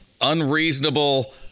unreasonable